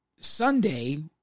Sunday